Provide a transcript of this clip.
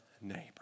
neighbor